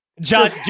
John